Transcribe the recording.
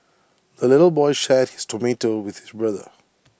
the little boy shared his tomato with his brother